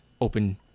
open